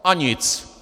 A nic!